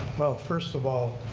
well. first of all.